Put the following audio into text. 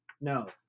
No